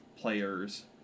players